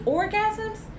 orgasms